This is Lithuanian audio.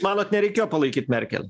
manot nereikėjo palaikyt merkel